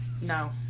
No